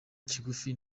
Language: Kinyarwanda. kigufi